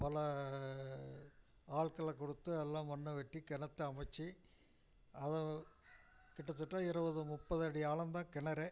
பல ஆட்கள கொடுத்து எல்லா மண்ணை வெட்டி கிணத்த அமைச்சி அதை கிட்டத்தட்ட இருபது முப்பது அடி ஆழம் தான் கிணறே